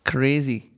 Crazy